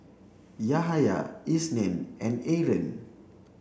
Yahaya Isnin and Aaron